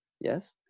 Yes